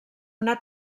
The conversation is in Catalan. una